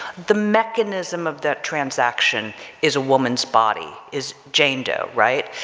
the mechanism of that transaction is a woman's body, is jane doe, right,